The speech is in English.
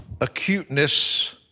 acuteness